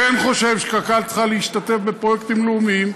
כן חושב שקק"ל צריכה להשתתף בפרויקטים לאומיים,